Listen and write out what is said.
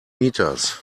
meters